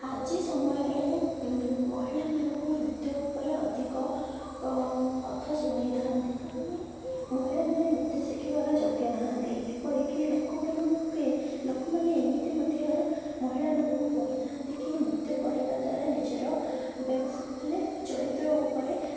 ଆଜି ସମୟରେ ମହିଳାମାନଙ୍କୁ ନୃତ୍ୟ ଉପରେ ଅଧିକ କଥା ଶୁଣେଇଥାନ୍ତି କାରଣ ମହିଳାମାନେ ନୃତ୍ୟ ଶିଖିବାର ଯୋଗ୍ୟ ନାହାନ୍ତି ଏପରିକି ଲୋକମାନ ଲୋକମାନେ ଏମିତି ମଧ୍ୟ ମହିଳାମାନଙ୍କୁ କହିଥାନ୍ତି କି ନୃତ୍ୟ କରିବା ଦ୍ୱାରା ନିଜର ବ୍ୟବସାୟ ବେଲେ ଚରିତ୍ର ଉପରେ